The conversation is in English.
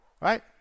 right